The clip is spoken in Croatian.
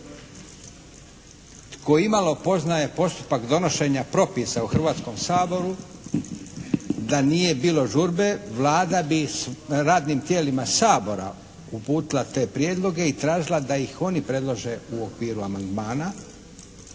Tko imalo poznaje postupak donošenja propisa u Hrvatskom saboru da nije bilo žurbe Vlada bi radnim tijelima Sabora uputila te prijedloge i tražila da ih oni predlože u okviru amandmana.